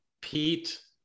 Pete